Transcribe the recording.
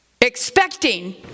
expecting